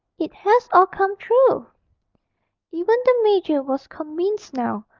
it has all come true even the major was convinced now,